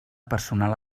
personal